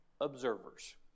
observers